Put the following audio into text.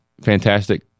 fantastic